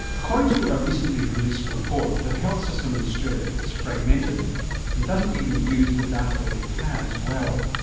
according to a recently released report, the health system in australia is fragmented and doesn't even use the data it has well.